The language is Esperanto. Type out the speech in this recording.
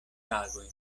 tagoj